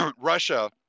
Russia